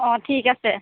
অঁ ঠিক আছে